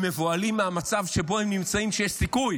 הם מבוהלים מהמצב שבו הם נמצאים, שיש סיכוי